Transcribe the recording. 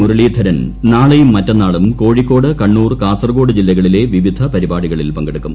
മുരളീധരൻ നാളെയും മറ്റന്നാളും കോഴിക്കോട് കണ്ണൂർ കാസർകോട് ജില്ലകളിലെ വിവിധ പരിപാടികളിൽ പങ്കെടുക്കും